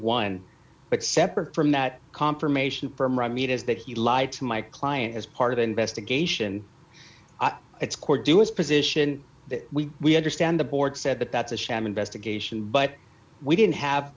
one but separate from that confirmation from raw meat is that he lied to my client as part of the investigation its core do its position that we we understand the board said that that's a sham investigation but we didn't have